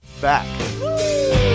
back